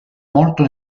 molto